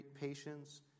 patience